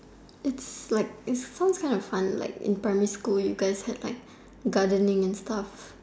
it's like it's all kind of funny like in primary school have like gardening and stuff